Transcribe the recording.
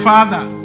Father